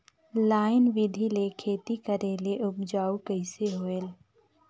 Line बिधी ले खेती करेले उपजाऊ कइसे होयल?